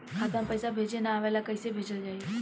खाता में पईसा भेजे ना आवेला कईसे भेजल जाई?